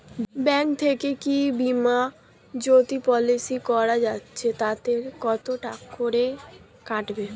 Bank থেকে কী Bima Jyoti policy করা যাচ্ছে তাতে কত করে কাটবে?